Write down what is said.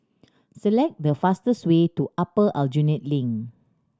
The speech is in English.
select the fastest way to Upper Aljunied Link